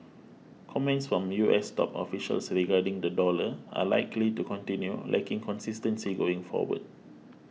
comments from U S top officials regarding the dollar are likely to continue lacking consistency going forward